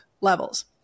levels